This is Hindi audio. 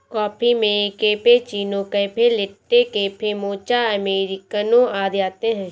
कॉफ़ी में cappuccino, cafe latte, cafe mocha, अमेरिकनों आदि आते है